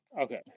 okay